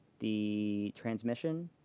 the transmission